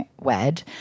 wed